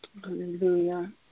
Hallelujah